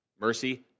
Mercy